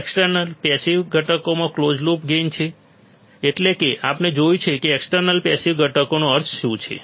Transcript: external passive ઘટકોમાં close loop gain છે એટલે કે આપણે જોયું છે કે એક્સટર્નલ પેસિવ ઘટકોનો અર્થ શું છે